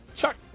Chuck